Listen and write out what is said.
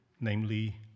namely